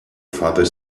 father